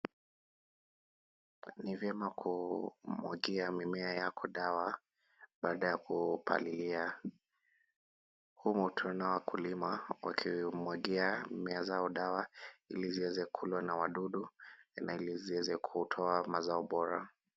Ni vyema kumwagia mimea yako dawa, baada ya kupalilia. Humu tunao wakulima wakimwagia mimea zao dawa, ili ziweze kulwa na wadudu na ili ziweze kutoa mazao bora.